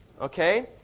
Okay